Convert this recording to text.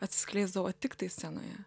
atsiskleisdavo tiktai scenoje